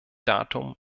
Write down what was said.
datum